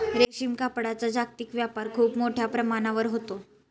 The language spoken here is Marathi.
रेशीम कापडाचा जागतिक व्यापार खूप मोठ्या प्रमाणावर होतो